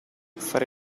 fare